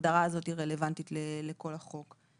ההגדרה הזאת רלוונטית לכל החוק.